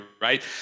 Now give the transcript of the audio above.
right